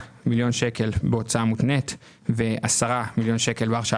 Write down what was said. מיליון שקל בהוצאה ו-9.5 מיליון שקל בהרשאה